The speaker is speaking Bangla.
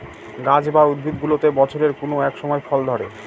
গাছ বা উদ্ভিদগুলোতে বছরের কোনো এক সময় ফল ধরে